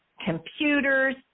computers